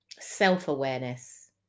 self-awareness